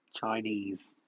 Chinese